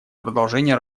продолжение